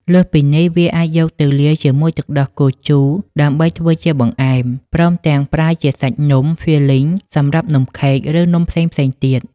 លើសពីនេះ វាអាចយកទៅលាយជាមួយទឹកដោះគោជូរដើម្បីធ្វើជាបង្អែម ព្រមទាំងប្រើជាសាច់នំ filling សម្រាប់នំខេក ឬនំផ្សេងៗទៀត។